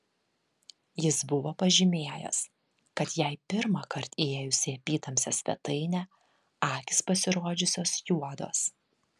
jis buvo pažymėjęs kad jai pirmąkart įėjus į apytamsę svetainę akys pasirodžiusios juodos